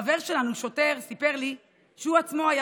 חבר שלנו שהוא שוטר סיפר לי שהוא עצמו היה